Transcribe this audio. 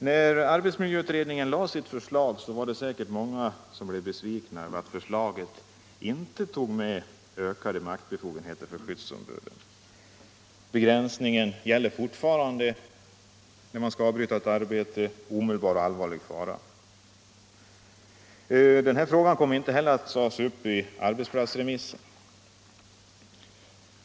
När arbetsmiljöutredningen lade fram sitt förslag var det säkert många som blev besvikna över att förslaget inte tog upp ökade maktbefogenheter Om bättre arbetsmiljö Om bättre arbetsmiljö 130 för skyddsombuden. Begränsningen gäller fortfarande. Man kan bara avbryta ett arbete vid omedelbar och allvarlig fara. Den här frågan kommer inte heller att tas upp vid remissbehandlingen på arbetsplatserna.